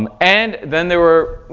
um and then there were,